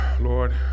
Lord